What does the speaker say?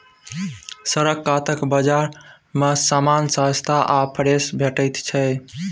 सड़क कातक बजार मे समान सस्ता आ फ्रेश भेटैत छै